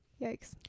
Yikes